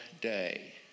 day